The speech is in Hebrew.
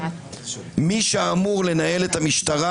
מי שאמור לנהל את המשטרה,